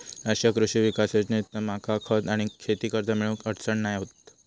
राष्ट्रीय कृषी विकास योजनेतना मका खत आणि शेती कर्ज मिळुक अडचण नाय होत